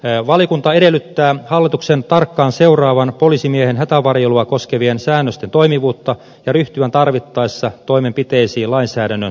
eduskunta edellyttää hallituksen tarkkaan seuraavan poliisimiehen hätävarjelua koskevien säännösten toimivuutta ja ryhtyvän tarvittaessa toimenpiteisiin lainsäädännön